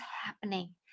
happening